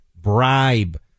bribe